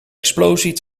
explosie